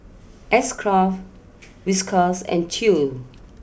S Craft Whiskas and Chew's